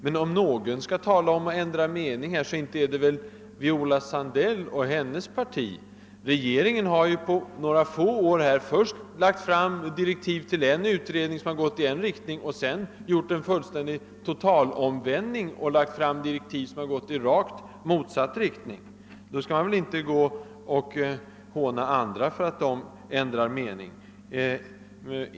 Men om någon skall tala om att ändra mening, så inte är det väl Viola Sandell och hennes parti. Regeringen har ju på några få år först lagt fram direktiv till en utredning som gått i en riktning och sedan gjort en totalomvändning och lagt fram direktiv som gått i rakt motsatt riktning. Då skall man väl inte håna andra för att de ändrar mening!